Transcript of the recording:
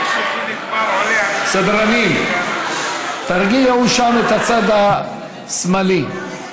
סדרנים, תרגיעו שם את הצד השמאלי.